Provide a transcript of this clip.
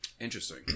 interesting